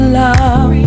love